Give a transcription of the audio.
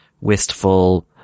wistful